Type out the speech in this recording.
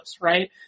right